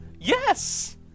Yes